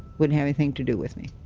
wouldn't have anything to do with me.